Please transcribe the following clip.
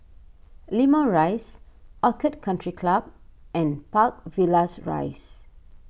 Limau Rise Orchid Country Club and Park Villas Rise